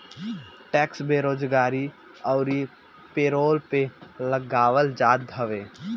tax बेरोजगारी अउरी payroll पे लगावल जात हवे